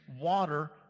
water